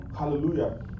Hallelujah